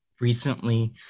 recently